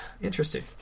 Interesting